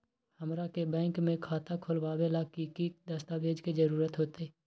हमरा के बैंक में खाता खोलबाबे ला की की दस्तावेज के जरूरत होतई?